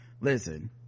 listen